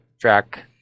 track